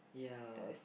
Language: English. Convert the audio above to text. ya